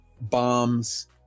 bombs